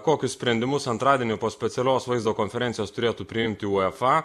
kokius sprendimus antradienį po specialios vaizdo konferencijos turėtų priimti uefa